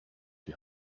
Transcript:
die